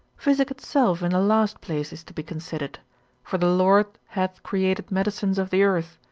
physic itself in the last place is to be considered for the lord hath created medicines of the earth,